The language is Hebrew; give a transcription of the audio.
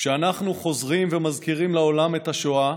כשאנחנו חוזרים ומזכירים לעולם את השואה,